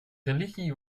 religie